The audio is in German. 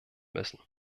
müssen